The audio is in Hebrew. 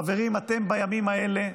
חברים: בימים האלה,